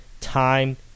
Time